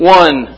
one